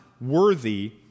worthy